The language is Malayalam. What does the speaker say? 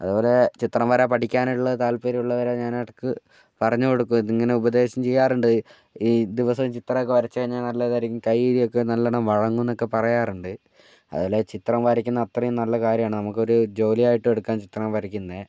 അതേപോലെ ചിത്രം വര പഠിക്കാനുള്ള താല്പര്യം ഉള്ളവരെ ഞാനിടയ്ക്ക് പറഞ്ഞുകൊടുക്കും ഇങ്ങനെ ഉപദേശം ചെയ്യാറുണ്ട് ഈ ദിവസം ചിത്രമൊക്കെ വരച്ചു കഴിഞ്ഞാൽ നല്ലതായിരിക്കും കയ്യൊക്കെ നല്ലോണം വഴങ്ങും എന്നൊക്കെ പറയാറുണ്ട് അതേപോലെ ചിത്രം വരയ്ക്കുന്നത് അത്രയും നല്ല കാര്യമാണ് നമുക്കൊരു ജോലിയായിട്ടെടുക്കാം ചിത്രം വരക്കുന്നത്